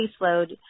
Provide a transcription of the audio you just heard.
caseload